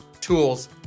tools